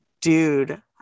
Dude